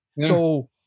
So-